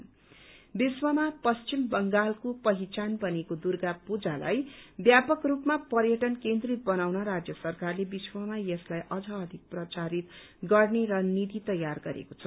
दुर्गा पूजा विश्वमा पश्चिम बंगालको पहिचान बनेको दूर्गा पूजालाई व्यापक रूपमा पर्यटन केन्दिय बनाउन राज्य सरकारले विश्वमा यसलाई अझ अधिक प्रचारित गर्ने रणनीति तयार गरेको छ